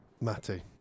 Matty